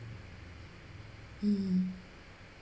mm